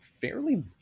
fairly